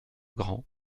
grand